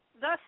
thus